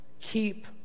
keep